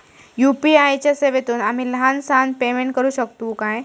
UPI च्या सेवेतून आम्ही लहान सहान पेमेंट करू शकतू काय?